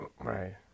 Right